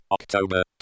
October